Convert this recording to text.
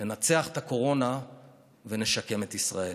ננצח את הקורונה ונשקם את ישראל.